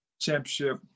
championship